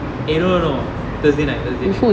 eh no no no thursday night thursday night